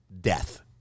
death